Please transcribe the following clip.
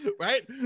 Right